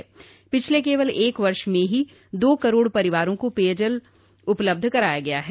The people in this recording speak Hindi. केवल पिछले एक वर्ष में ही दो करोड़ परिवारों को पेयजल उपलब्धओ कराया गया है